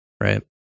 Right